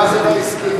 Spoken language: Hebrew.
מה זה לא הסכים?